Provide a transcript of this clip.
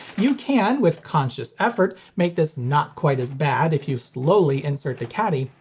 you can, with conscious effort, make this not-quite-as-bad if you slowly insert the caddy,